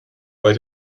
bei